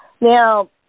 Now